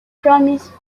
promise